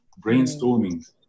brainstorming